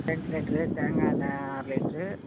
ரெண்டு லிட்ரு தேங்காய் எண்ணெய் அரை லிட்ரு